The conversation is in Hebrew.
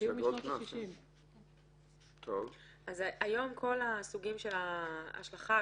היום כל הסוגים של ההשלכה,